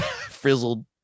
frizzled